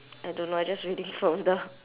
I don't know I just reading from the